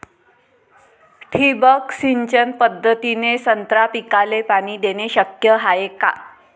ठिबक सिंचन पद्धतीने संत्रा पिकाले पाणी देणे शक्य हाये का?